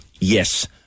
Yes